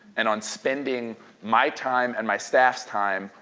and on spending my time, and my staff's time,